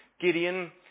Gideon